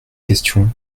question